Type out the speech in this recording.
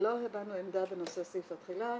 לא הבענו עמדה בנושא סעיף התחילה,